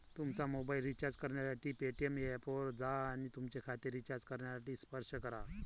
तुमचा mobile recharge करण्यासाठी Paytm ऐपवर जा आणि तुमचे खाते रिचार्ज करण्यासाठी स्पर्श करा